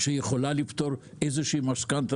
שיכולה לפתור משכנתא.